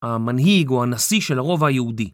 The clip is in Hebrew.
המנהיג הוא הנשיא של הרובע היהודי.